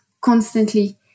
constantly